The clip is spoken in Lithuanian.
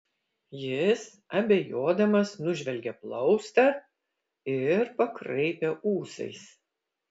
jis abejodamas nužvelgė plaustą ir pakraipė ūsais